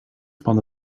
pan